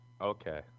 Okay